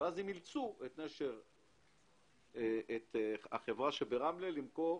הם אילצו את החברה שברמלה למכור